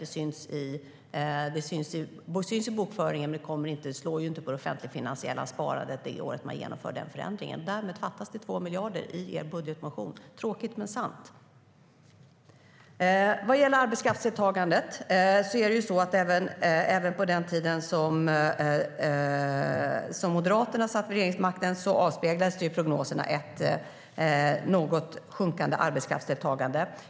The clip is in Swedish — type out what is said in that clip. Det syns i bokföringen, men det slår inte mot det offentligfinansiella sparandet det år man genomför den förändringen. Därmed fattas det 2 miljarder i er budgetmotion - tråkigt men sant. Vad gäller arbetskraftsdeltagandet är det ju så att även på den tiden då Moderaterna satt vid regeringsmakten avspeglade prognoserna ett något sjunkande arbetskraftsdeltagande.